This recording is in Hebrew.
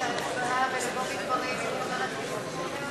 ההצבעה ולבוא בדברים עם חבר הכנסת מולה?